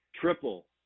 triple